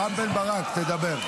רם בן ברק, תדבר.